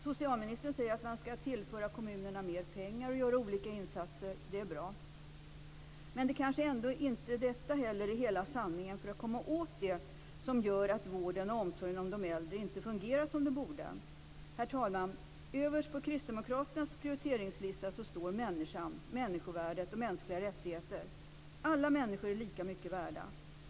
Socialministern säger att man skall tillföra kommunerna mer pengar och göra olika insatser. Det är bra. Men detta är kanske inte heller hela sanningen för att komma åt det som gör att vården och omsorgen om de äldre inte fungerar som de borde. Herr talman! Överst på kristdemokraternas prioriteringslista står människan, människovärdet och mänskliga rättigheter. Alla människor är lika mycket värda.